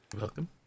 welcome